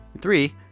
Three